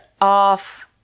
off